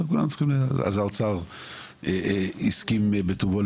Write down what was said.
אז האוצר הסכים בטובו,